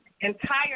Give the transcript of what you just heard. entire